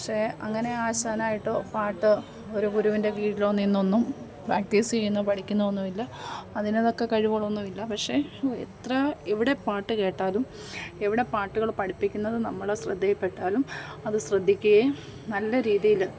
പക്ഷെ അങ്ങനെ ആശാനായിട്ടോ പാട്ടോ ഒരു ഗുരുവിൻ്റെ കീഴിലോ നിന്നൊന്നും പ്രാക്റ്റീസ് ചെയ്യുന്നോ പഠിക്കുന്നോ ഒന്നുമില്ല അതിന് തക്ക കഴിവുകളൊന്നും ഇല്ല പക്ഷെ എത്ര എവിടെ പാട്ടു കേട്ടാലും എവിടെ പാട്ടുകൾ പഠിപ്പിക്കുന്നത് നമ്മളെ ശ്രദ്ധയിൽപ്പെട്ടാലും അതു ശ്രദ്ധിക്കുകയും നല്ല രീതിയിൽ